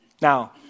Now